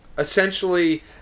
Essentially